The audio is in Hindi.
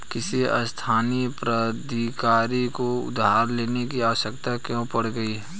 किसी स्थानीय प्राधिकारी को उधार लेने की आवश्यकता क्यों पड़ गई?